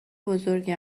بزرگی